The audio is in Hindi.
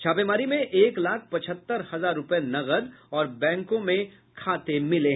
छापेमारी में एक लाख पचहत्तर हजार रूपये नकद और बैंकों में खाते मिले हैं